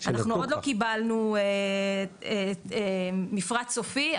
אנחנו עוד לא קיבלנו מפרט סופי,